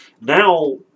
Now